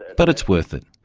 but it's worth it.